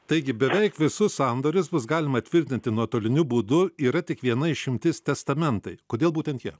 taigi beveik visus sandorius bus galima tvirtinti nuotoliniu būdu yra tik viena išimtis testamentai kodėl būtent jie